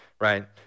right